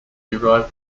derived